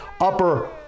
upper